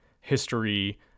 history